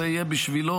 זה יהיה בשבילו